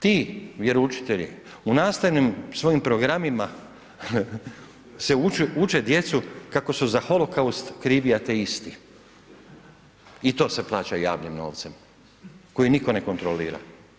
Ti vjeroučitelji u nastavnim svojim programima se uče djecu kako su za Holokaust krivi ateisti i to se plaća javnim novcem koji nitko ne kontrolira.